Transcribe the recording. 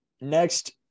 Next